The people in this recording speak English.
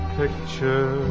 picture